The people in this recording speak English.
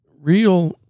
real